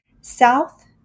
south